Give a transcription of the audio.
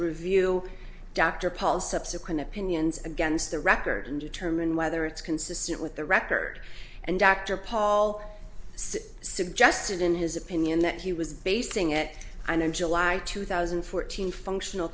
review dr paul subsequent opinions against the record and determine whether it's consistent with the record and dr paul says suggested in his opinion that he was basing it i know in july two thousand and fourteen functional